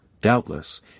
doubtless